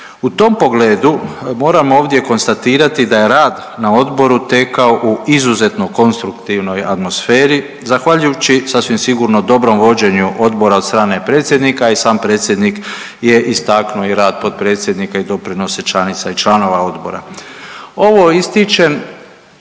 U tom pogledu moram ovdje konstatirati da je rad na odboru tekao u izuzetno konstruktivnoj atmosferi zahvaljujući sasvim sigurno dobrom vođenju odbora od strane predsjednika i sam predsjednik je istaknuo i rad potpredsjednika i doprinose članica i članova odbora. Ovo ističem